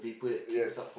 yes